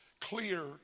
clear